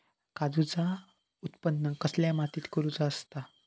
काजूचा उत्त्पन कसल्या मातीत करुचा असता?